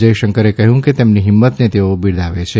જયશંકરે કહ્યું કે તેમની હિંમતને તેઓ બિરદાવે છે